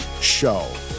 Show